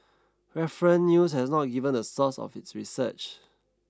reference news has not given the source of its research